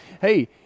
hey